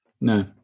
No